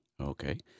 Okay